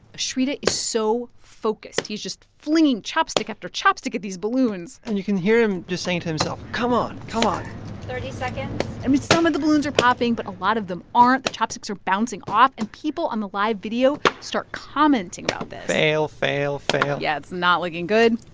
ashrita is so focused. he's just flinging chopstick after chopstick at these balloons and you can hear him just saying to himself come on, come on thirty seconds i mean, some of the balloons are popping, but a lot of them aren't. the chopsticks are bouncing off, and people on the live video start commenting about this fail, fail, fail yeah, it's not looking good.